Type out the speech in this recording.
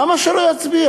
למה שלא יצביע?